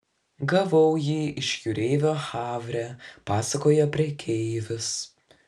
gavau jį iš jūreivio havre pasakojo prekeivis